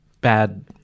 bad